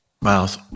Miles